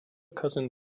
cousin